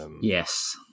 Yes